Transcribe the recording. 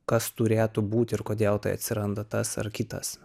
kas turėtų būti ir kodėl tai atsiranda tas ar kitas